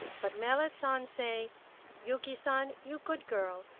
but merrit san say yuki san, you good girl,